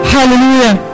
Hallelujah